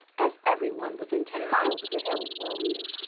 as everyone within ten miles of the hill well knew.